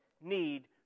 need